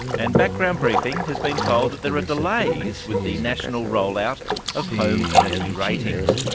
and background briefing has been told that there are delays with the national rollout of home energy ratings.